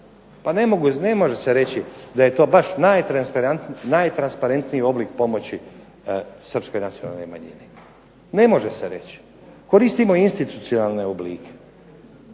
Pa ne može se reći da je to baš najtransparentniji oblik pomoći Srpskoj nacionalnoj manjini, ne može se reći. Koristimo institucionalne oblike,